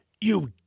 You